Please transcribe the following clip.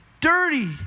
dirty